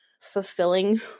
fulfilling